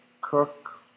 cook